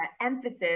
emphasis